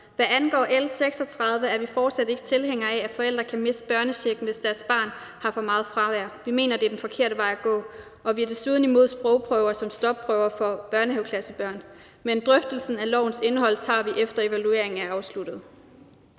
Hvad angår L 36, er vi fortsat ikke tilhængere af, at forældre kan miste børnechecken, hvis deres barn har for meget fravær. Vi mener, at det er den forkerte vej at gå. Og vi er desuden imod sprogprøver som stopprøver for børnehaveklassebørn. Men drøftelsen af lovens indhold tager vi, efter at evalueringen er afsluttet.